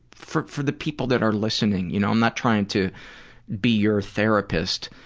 for for the people that are listening, you know i'm not trying to be your therapist,